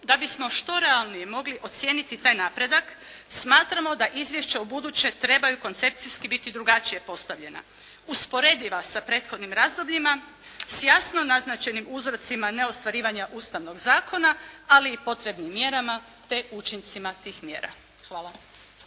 da bismo što realnije mogli ocijeniti taj napredak smatramo da izvješća u buduće trebaju koncepcijski biti drugačije postavljena, usporediva sa prethodnim razdobljima s jasno naznačenim uzrocima neostvarivanja Ustavnog zakona, ali i potrebnim mjerama, te učincima tih mjera. Hvala.